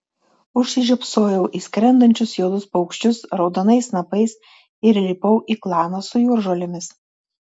užsižiopsojau į skrendančius juodus paukščius raudonais snapais ir įlipau į klaną su jūržolėmis